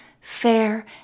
fair